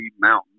Mountain